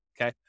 Okay